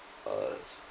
err